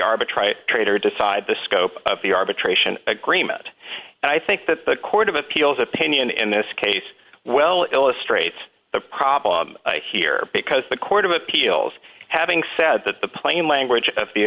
arbitrary trader decide the scope of the arbitration agreement and i think that the court of appeals opinion in this case well illustrates the problem here because the court of appeals having said that the plain language of the